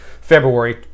February